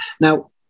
Now